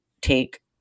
take